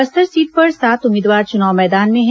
Bastar seat पर सात उम्मीदवार चुनाव मैदान में है